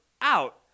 out